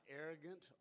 arrogant